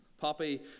Poppy